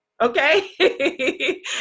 Okay